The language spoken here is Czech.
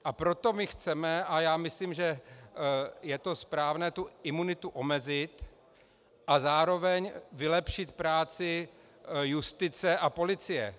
A proto my chceme, a já myslím, že je to správné, imunitu omezit a zároveň vylepšit práci justice a policie.